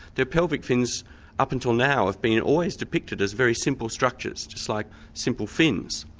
their pelvic fins up until now have been always depicted as very simple structures, just like simple fins.